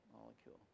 molecule